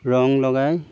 ৰং লগাই